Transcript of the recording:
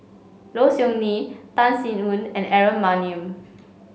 Low Siew Nghee Tan Sin Aun and Aaron Maniam